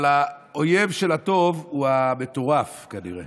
אבל האויב של הטוב הוא המטורף, כנראה.